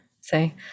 say